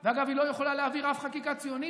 ואגב, היא לא יכולה להעביר אף חקיקת ציונית.